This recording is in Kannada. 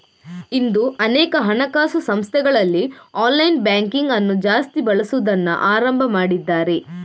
ಇಂದು ಅನೇಕ ಹಣಕಾಸು ಸಂಸ್ಥೆಗಳಲ್ಲಿ ಆನ್ಲೈನ್ ಬ್ಯಾಂಕಿಂಗ್ ಅನ್ನು ಜಾಸ್ತಿ ಬಳಸುದನ್ನ ಆರಂಭ ಮಾಡಿದ್ದಾರೆ